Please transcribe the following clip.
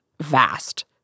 vast